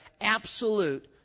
absolute